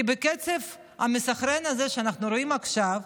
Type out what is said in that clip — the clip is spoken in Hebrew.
כי בקצב המסחרר הזה שאנחנו רואים עכשיו,